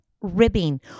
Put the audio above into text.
ribbing